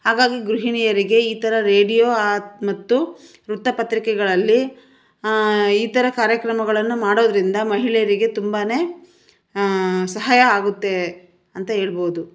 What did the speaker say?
ಹಾಗಾಗಿ ಗೃಹಿಣಿಯರಿಗೆ ಈ ಥರ ರೇಡಿಯೋ ಆ ಮತ್ತು ವೃತ್ತಪತ್ರಿಕೆಗಳಲ್ಲಿ ಈ ಥರ ಕಾರ್ಯಕ್ರಮಗಳನ್ನು ಮಾಡೋದರಿಂದ ಮಹಿಳೆಯರಿಗೆ ತುಂಬಾ ಸಹಾಯ ಆಗುತ್ತೆ ಅಂತ ಹೇಳ್ಬೋದು